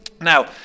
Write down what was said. Now